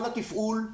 כל התפעול,